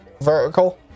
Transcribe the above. vertical